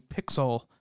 pixel